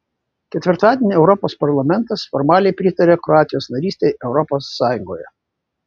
ketvirtadienį europos parlamentas formaliai pritarė kroatijos narystei europos sąjungoje